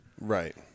Right